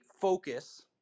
focus